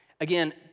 Again